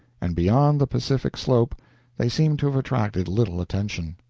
and beyond the pacific slope they seem to have attracted little attention.